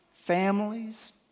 Families